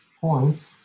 points